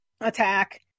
attack